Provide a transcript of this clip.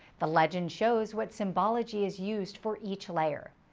the legend shows what symbology is used for each layer,